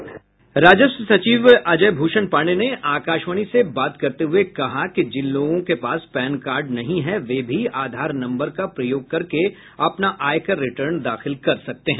राजस्व सचिव अजय भूषण पांडे ने आकाशावाणी से बात करते हुए कहा कि जिन लोगों के पास पैन कार्ड नहीं है वे भी आधार नंबर का प्रयोग करके अपना आयकर रिटर्न दाखिल कर सकते हैं